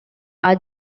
are